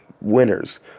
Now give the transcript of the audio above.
winners